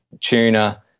tuna